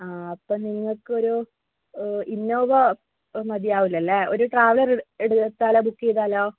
ആ അപ്പം നിങ്ങൾക്കൊരു ഓ ഇന്നോവ മതിയാവൂലല്ലേ ഒരു ട്രാവലർ എട് എടുത്താലോ ബൂക്ക് ചെയ്താലോ